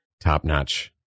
top-notch